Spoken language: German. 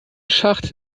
schacht